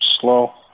Slow